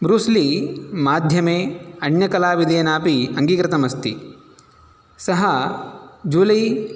Bruce Lee माध्यमे अन्यकलाविदेनापि अङ्गीकृतमस्ति सः जुलै